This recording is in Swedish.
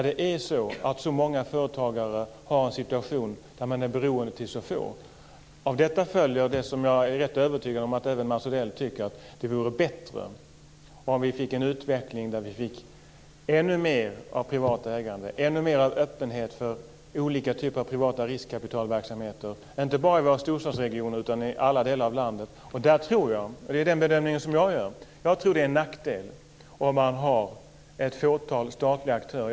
Det är ju så många företagare som har en situation att de är beroende av så få. Av detta följer det som jag är rätt övertygad om att även Mats Odell tycker, nämligen att det vore bättre om vi fick en utveckling med ännu mer av privat ägande, ännu mer av öppenhet för olika typer av privata riskkapitalverksamheter, inte bara i storstadsregioner utan i alla delar av landet. Den bedömning som jag gör är att det är en nackdel om man har ett fåtal statliga aktörer.